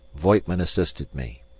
voigtman assisted me.